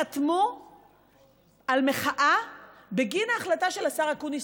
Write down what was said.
חתמו על מחאה בגין ההחלטה של השר אקוניס